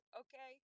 okay